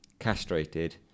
Castrated